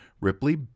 Ripley